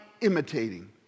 imitating